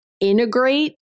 integrate